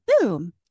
boom